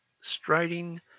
striding